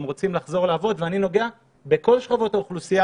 אני נוגע בכל שכבות האוכלוסייה.